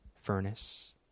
furnace